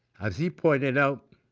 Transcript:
as he pointed out